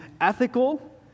ethical